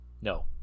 no